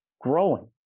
growing